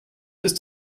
ist